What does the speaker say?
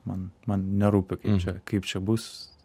man man nerūpi kaip čia kaip čia bus